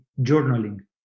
journaling